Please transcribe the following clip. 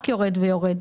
רק יורד ויורד.